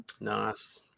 nice